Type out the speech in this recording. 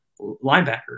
linebacker